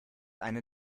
einer